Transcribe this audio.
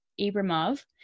Abramov